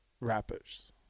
rappers